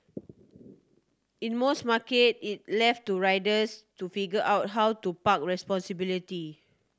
in most markets it left to riders to figure out how to park responsibility